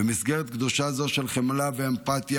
במסגרת קדושה זו של חמלה ואמפתיה,